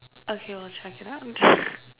okay I'll check it out